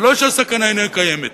ולא שהסכנה אינה קיימת,